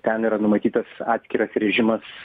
ten yra numatytas atskiras režimas